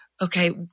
okay